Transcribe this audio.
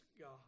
God